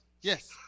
Yes